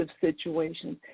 situations